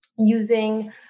using